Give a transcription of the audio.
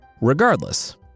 Regardless